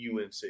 UNC